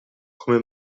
come